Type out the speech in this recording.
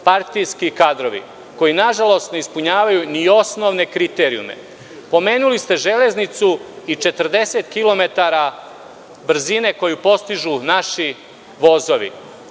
partijski kadrovi koji, na žalost, ne ispunjavaju ni osnovne kriterijume. Pomenuli ste Železnicu i 40 km brzine koju postižu naši vozovi.